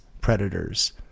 Predators